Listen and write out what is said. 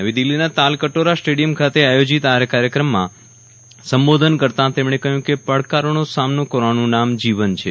નવી દિલ્હીના તાલકટોરા સ્ટેડિયમ ખાતે આયોજીત આ કાર્યક્રમમાં સંબોધન કરતા તેમણે કહ્યું કે પડકારોનો સામનો કરવાનું નામ જીવન છે